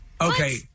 Okay